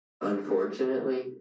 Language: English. Unfortunately